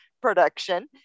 production